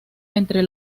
entre